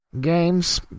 games